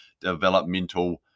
developmental